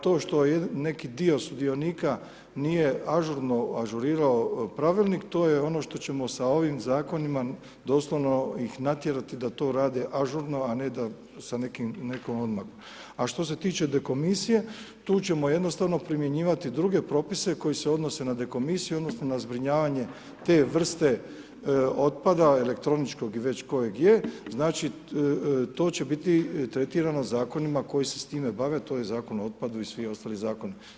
To što je neki dio sudionika nije ažurno ažurira pravilnik to je ono što ćemo sa onim zakonima doslovno ih natjerati da to rade ažurno a ne da, sa nekom … A što se tiče deokmisije, tu ćemo jednostavno propisivati druge propise koji se odnose na dekomisiju, odnosno, na zbrinjavanje te vrste otpada, elektroničkog ili već koje je, znači to će biti tretirano zakonima koji se s time bave, to je Zakon o otpadu i svi ostali zakoni.